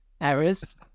errors